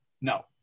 No